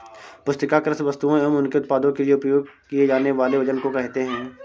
पुस्तिका कृषि वस्तुओं और उनके उत्पादों के लिए उपयोग किए जानेवाले वजन को कहेते है